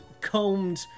combed